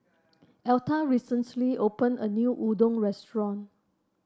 Etta recently open a new Udon Restaurant